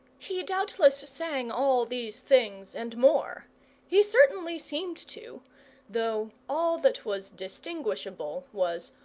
he doubtless sang all these things and more he certainly seemed to though all that was distinguishable was,